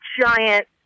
giant